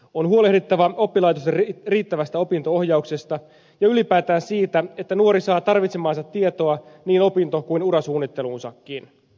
on huolehdittava oppilaitosten riittävästä opinto ohjauksesta ja ylipäätään siitä että nuori saa tarvitsemaansa tietoa niin opinto kuin urasuunnitteluunsakin